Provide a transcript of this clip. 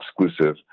exclusive